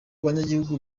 banyagihugu